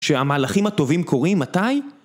שהמהלכים הטובים קורים, מתי?